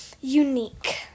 unique